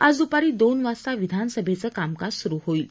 आज दुपारी दोन वाजता विधानसभेचं कामकाज सुरु होईल